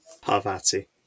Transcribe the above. Parvati